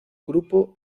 grupo